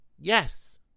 yes